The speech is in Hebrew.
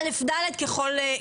גם כיתות א' עד ד' ככל הניתן.